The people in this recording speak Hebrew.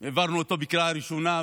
העברנו אותו בקריאה ראשונה,